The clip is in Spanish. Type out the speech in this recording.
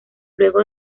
luego